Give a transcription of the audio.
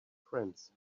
friends